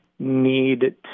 need